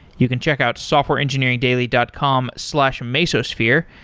you can check out softwareengineeringdaily dot com slash mesosphere,